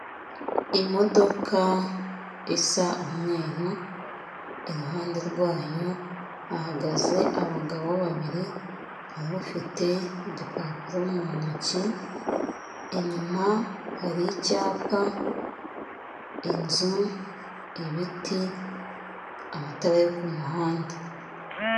Imodoka isa umweru, iruhande rwayo hagaze abagabo babiri, hari ufite igipapuro mu ntoki, inyuma hari icyapa, inzu, ibiti, amatara yo ku muhanda.